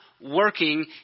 working